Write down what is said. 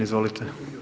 izvolite.